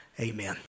amen